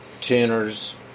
tuners